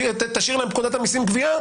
תשאיר להם את פקודת המיסים (גבייה),